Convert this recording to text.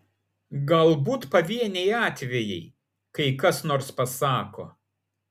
galbūt pavieniai atvejai kai kas nors pasako